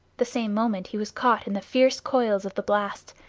the same moment he was caught in the fierce coils of the blast,